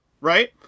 Right